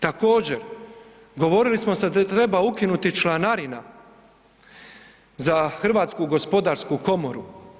Također, govorili smo da se treba ukinuti članarina za Hrvatsku gospodarsku komoru.